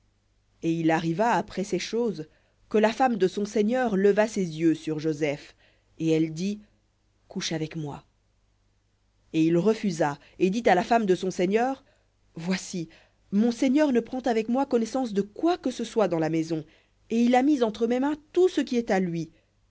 et il arriva après ces choses que la femme de son seigneur leva ses yeux sur joseph et elle dit couche avec moi et il refusa et dit à la femme de son seigneur voici mon seigneur ne prend avec moi connaissance de quoi que ce soit dans la maison et il a mis entre mes mains tout ce qui est à lui